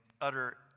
utter